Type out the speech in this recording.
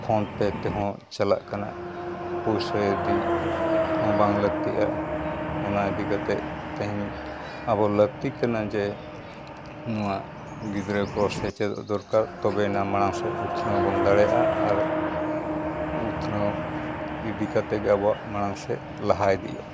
phone ᱯᱮ ᱛᱮᱦᱚᱸ ᱪᱟᱞᱟᱜ ᱠᱟᱱᱟ ᱯᱩᱭᱥᱟᱹ ᱤᱫᱤ ᱦᱚᱸ ᱵᱟᱝ ᱞᱟᱹᱠᱛᱤᱜᱼᱟ ᱚᱱᱟ ᱤᱫᱤ ᱠᱟᱛᱮᱫ ᱛᱮᱦᱤᱧ ᱟᱵᱚ ᱞᱟᱹᱠᱛᱤ ᱠᱟᱱᱟ ᱡᱮ ᱱᱚᱣᱟ ᱜᱤᱫᱽᱨᱟᱹ ᱠᱚ ᱥᱮᱪᱮᱫᱚᱜ ᱫᱚᱨᱠᱟᱨ ᱛᱚᱵᱮᱭᱟᱱᱟᱜ ᱢᱟᱲᱟᱝ ᱥᱮᱫ ᱩᱛᱱᱟᱹᱣ ᱵᱚᱱ ᱫᱟᱲᱮᱭᱟᱜᱼᱟ ᱟᱨ ᱩᱛᱱᱟᱹᱣ ᱤᱫᱤ ᱠᱟᱛᱮᱫ ᱜᱮ ᱟᱵᱚᱣᱟᱜ ᱢᱟᱲᱟᱝᱥᱮᱫ ᱞᱟᱦᱟ ᱤᱫᱤᱜᱼᱟ